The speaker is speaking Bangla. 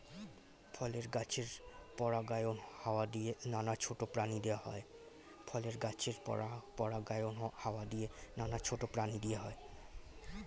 ফলের গাছের পরাগায়ন হাওয়া দিয়ে, নানা ছোট প্রাণী দিয়ে হয়